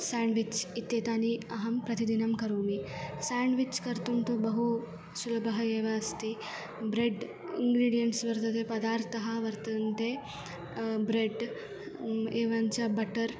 sandwich इत्येतानि अहं प्रतिदिनं करोमि स्याण्ड्विच् कर्तुं तु बहु सुलभः एव अस्ति ब्रेड् इन्ग्रीडियन्ट्स् वर्तते पदार्थाः वर्तन्ते ब्रेड् एवञ्च बटर्